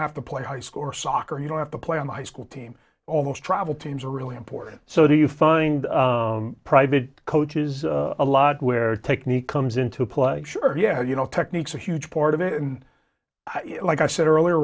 have to play high score soccer you don't have to play on the high school team almost travel teams are really important so do you find private coaches a lot where technique comes into play sure yeah you know techniques a huge part of it and like i said earlier